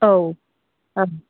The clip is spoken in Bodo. औ औ